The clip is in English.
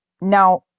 now